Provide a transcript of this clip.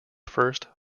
first